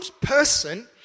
person